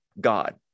God